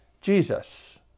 Jesus